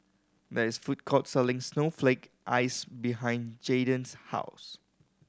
there is a food court selling snowflake ice behind Jaiden's house